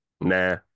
Nah